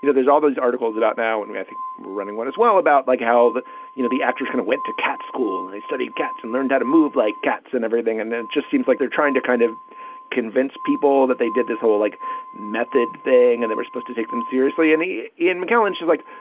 you know there's all those articles about now and i think running what is well about like how the you know, the actress kind of went to cat school. i studied cats and learned how to move like cats and everything. and then it just seems like they're trying to kind of convince people that they did this whole like method thing and they were supposed to take them seriously. any. ian mckellen, she's like,